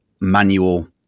manual